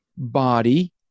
body